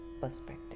perspective